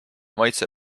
maitse